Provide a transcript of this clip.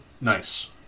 Nice